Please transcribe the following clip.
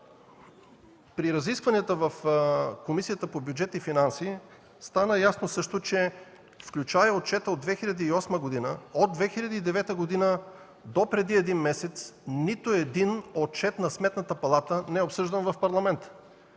При разискванията в Комисията по бюджет и финанси стана ясно също, че включая отчета от 2008 г., от 2009 г. до преди един месец нито един отчет на Сметната палата не е обсъждан в Парламента.